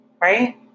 right